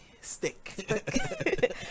stick